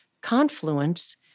confluence